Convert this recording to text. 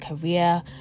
career